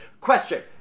Question